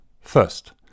First